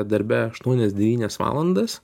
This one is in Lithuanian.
darbe aštuonias devynias valandas